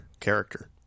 character